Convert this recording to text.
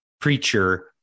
preacher